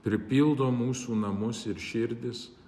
pripildo mūsų namus ir širdis